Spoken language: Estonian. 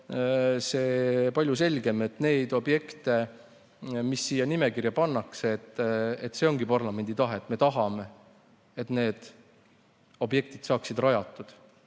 olema palju selgem, et need objektid, mis siia nimekirja pannakse, ongi parlamendi tahe: me tahame, et need objektid saaksid rajatud.